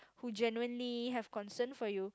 who genuinely have concern for you